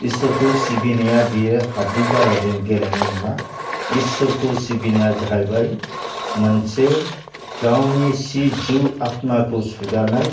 इसोरखौ सिबिनाया बियो हाद्रि बालाजों गेलेनाय नङा इसोरखो सिबिनाया जाहैबाय मोनसे गावनि सिजौ आथमाखो सुगारनाय